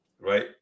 right